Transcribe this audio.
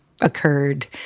occurred